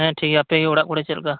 ᱦᱮᱸ ᱴᱷᱤᱠ ᱜᱮᱭᱟ ᱟᱯᱮ ᱜᱮ ᱚᱲᱟᱜ ᱠᱚᱨᱮ ᱪᱮᱫᱞᱮᱠᱟ